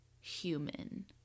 human